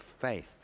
faith